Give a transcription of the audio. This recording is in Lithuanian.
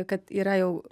kad yra jau